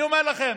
אני אומר לכם,